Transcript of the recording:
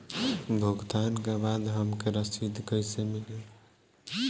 भुगतान के बाद हमके रसीद कईसे मिली?